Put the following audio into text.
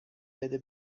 بده